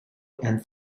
and